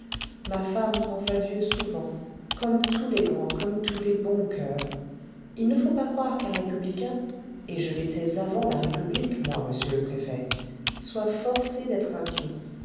ma femme pense à dieu souvent comme tous les grands comme tous les bons coeurs il ne faut pas croire qu'un républicain et je l'étais avant la république moi monsieur le préfet soit forcé d'être impie